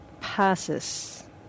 passes